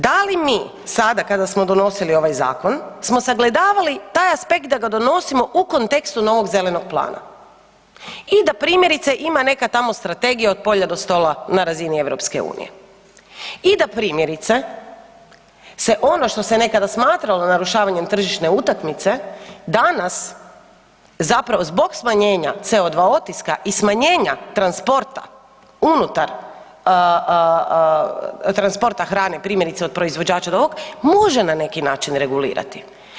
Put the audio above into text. Primjerice, da li mi sada kada smo donosili ovaj zakon smo sagledavali taj aspekt da ga donosimo u kontekstu novog Zelenog plana i da primjerice ima neka tamo strategija „Od polja do stola“ na razini EU i da primjerice se ono što se nekada smatralo narušavanjem tržišne utakmice danas zapravo zbog smanjenja CO2 otiska i smanjenja transporta unutar, transporta hrane primjerice od proizvođača novog može na neki način regulirati.